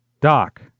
Doc